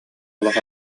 олох